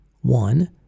one